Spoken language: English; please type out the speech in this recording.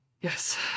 Yes